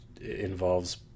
involves